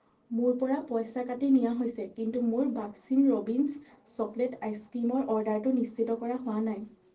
মোৰ পৰা পইচা কাটি নিয়া হৈছে কিন্তু মোৰ বাস্কিন ৰবিন্ছ চকলেট আইচক্ৰীমৰ অৰ্ডাৰটো নিশ্চিত কৰা হোৱা নাই